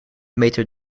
meter